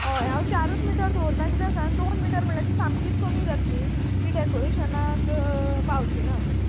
हय हांव चारूच मिटर दवरतां कित्याक सांग दोन मिटर म्हटल्यार तीं सामकींच कमी जातलीं तीं डॅकोरेशनाक पावचीं नात